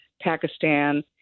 Pakistan